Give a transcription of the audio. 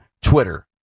Twitter